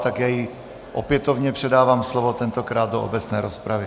Já jí opětovně předávám slovo, tentokrát do obecné rozpravy.